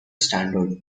standard